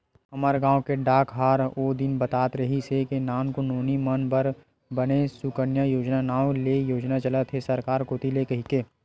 हमर गांव के डाकहार ओ दिन बतात रिहिस हे के नानकुन नोनी मन बर बने सुकन्या योजना नांव ले योजना चलत हे सरकार कोती ले कहिके